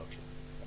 בבקשה.